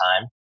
time